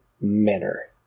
manner